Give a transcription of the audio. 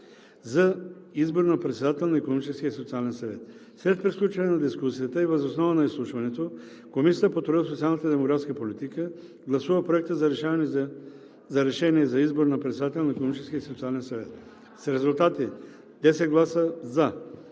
за избор на председател на Икономическия и социален съвет. След приключване на дискусията и въз основа на изслушването Комисията по труда, социалната и демографска политика гласува проекта за решение за избор на председател на Икономическия и социален съвет. С резултати: 10 гласа „за“,